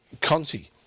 Conti